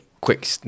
quick